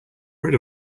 rid